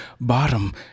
bottom